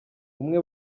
umwe